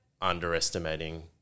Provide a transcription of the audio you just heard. underestimating